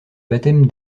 baptême